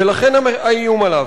ולכן האיום עליו,